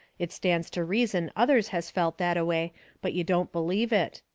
it stands to reason others has felt that-a-way, but you don't believe it.